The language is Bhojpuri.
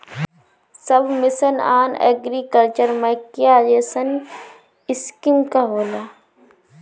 सब mission on agriculture mechanisation scheme का होला?